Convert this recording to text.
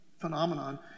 phenomenon